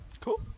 Cool